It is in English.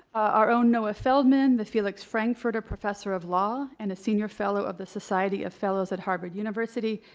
our own noah feldman, the felix frankfurter professor of law and a senior fellow of the society of fellows at harvard university,